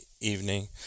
evening